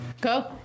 go